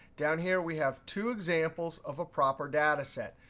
down here, we have two examples of a proper data set.